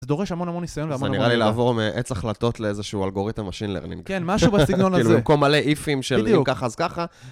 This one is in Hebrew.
זה דורש המון המון ניסיון והמון המון עבודה. נראה לי לעבור מעץ החלטות לאיזשהו אלגוריתם machine learning. כן, משהו בסגנון הזה. כל מלא איפים של אם ככה אז ככה.